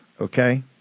Okay